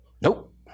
Nope